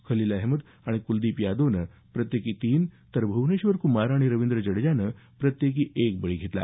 खलील अहमद आणि कुलदीप यादवनं प्रत्येकी तीन तर भ्वनेश्वर कुमार आणि रवींद्र जडेजानं प्रत्येकी एक बळी घेतला